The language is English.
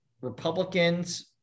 Republicans